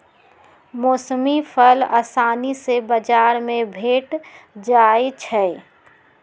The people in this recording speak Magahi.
मौसमी फल असानी से बजार में भेंट जाइ छइ